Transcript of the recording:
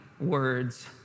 words